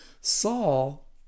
Saul